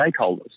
stakeholders